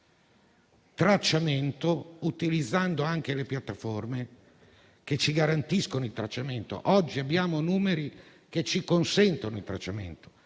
tracciamento, utilizzando anche le piattaforme che ci garantiscono il tracciamento, poiché oggi abbiamo numeri che ci consentono tale tracciamento